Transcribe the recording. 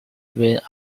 went